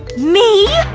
me!